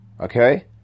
Okay